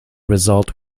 result